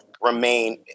remain